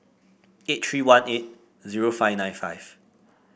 eight three one eight zero five nine five